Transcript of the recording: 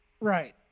Right